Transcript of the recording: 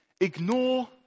ignore